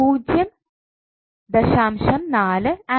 4 ampere